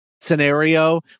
scenario